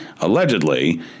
allegedly